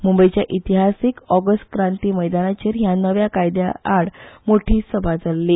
मुंबयच्या इतिहासिक ऑगस्ट क्रांती मैदानाचेर ह्या नव्या कायद्या आड मोठी सभा जाल्ली